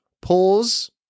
Pause